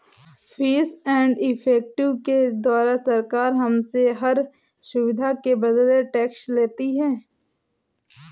fees and effective के द्वारा सरकार हमसे हर सुविधा के बदले टैक्स लेती है